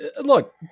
look